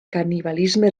canibalisme